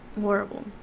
horrible